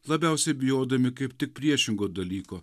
labiausiai bijodami kaip tik priešingo dalyko